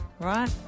Right